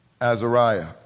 Azariah